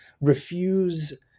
refuse